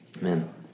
Amen